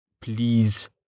Please